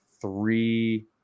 three